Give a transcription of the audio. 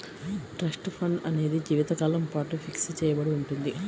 trust fund అనేది జీవితకాలం పాటు ఫిక్స్ చెయ్యబడి ఉంటుంది